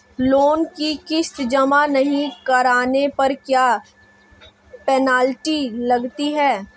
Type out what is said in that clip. Loan की किश्त जमा नहीं कराने पर क्या पेनल्टी लगती है?